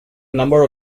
number